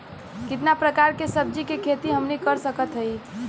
कितना प्रकार के सब्जी के खेती हमनी कर सकत हई?